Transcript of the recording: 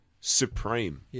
supreme